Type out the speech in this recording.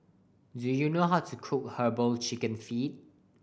do you know how to cook Herbal Chicken Feet